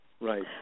right